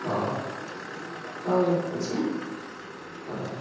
ହଉ ହଉ ରଖୁଛି ଆଁ ହଉ